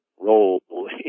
role